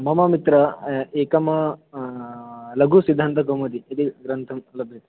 मम मित्र एकम् लघुसिद्धान्तकौमुदी इति ग्रन्थः लभ्यते